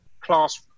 class